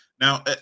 Now